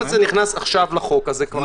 אם זה נכנס עכשיו לחוק, זה כבר בחוק.